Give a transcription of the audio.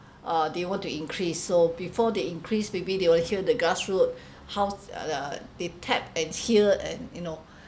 uh they want to increase so before they increase maybe they will hear the grassroot how's uh the they tap and hear and you know